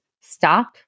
stop